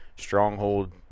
stronghold